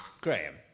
Graham